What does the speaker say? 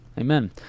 Amen